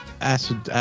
acid